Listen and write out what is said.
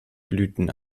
blüten